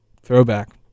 throwback